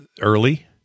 early